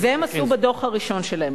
זה הם עשו בדוח הראשון שלהם.